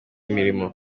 imirimo